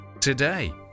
today